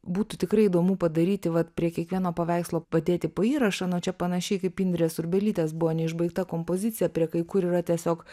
būtų tikrai įdomu padaryti vat prie kiekvieno paveikslo padėti po įrašą na čia panašiai kaip indrės urbelytės buvo neišbaigta kompozicija prie kai kur yra tiesiog